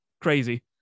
crazy